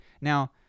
Now